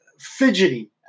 fidgety